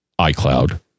iCloud